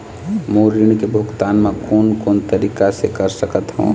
मोर ऋण के भुगतान म कोन कोन तरीका से कर सकत हव?